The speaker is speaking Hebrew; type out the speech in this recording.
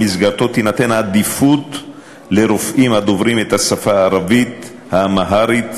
שבמסגרתו תינתן עדיפות לרופאים הדוברים את השפה הערבית והאמהרית,